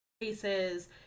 Cases